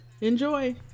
enjoy